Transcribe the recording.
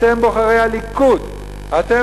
אתם,